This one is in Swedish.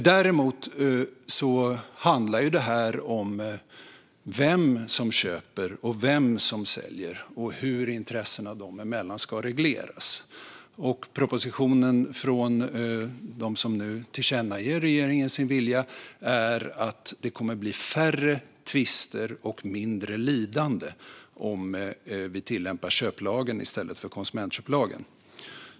Däremot handlar det om vem som köper och vem som säljer och hur intressena dem emellan ska regleras. Presuppositionen från dem som nu tillkännager regeringen sin vilja är att det kommer att bli färre tvister och mindre lidande om vi tillämpar köplagen i stället för konsumentköplagen.